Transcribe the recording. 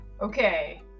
Okay